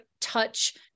touch